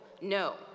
No